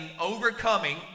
Overcoming